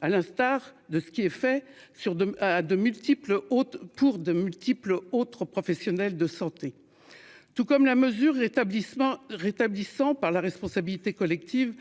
à de multiples autres pour de multiples autres professionnels de santé. Tout comme la mesure l'établissement rétablissant par la responsabilité collective.